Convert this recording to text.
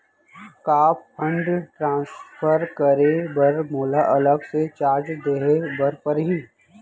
का fund transfer करे बर मोला अलग से चार्ज देहे बर परही?